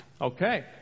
okay